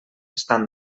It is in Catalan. estan